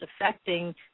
affecting